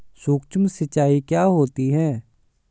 सुक्ष्म सिंचाई क्या होती है?